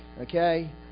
Okay